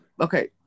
okay